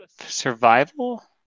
survival